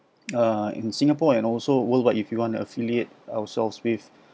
uh in singapore and also worldwide if you want to affiliate ourselves with